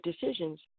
decisions